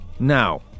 Now